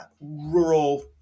rural